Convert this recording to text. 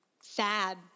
sad